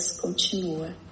continua